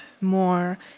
more